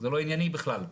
זה לא ענייני בכלל.